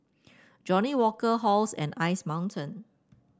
Johnnie Walker Halls and Ice Mountain